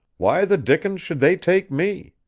why the dickens should they take me?